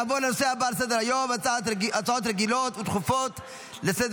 נעבור לנושא הבא על סדר-היום: הצעות רגילות ודחופות לסדר-היום.